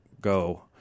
go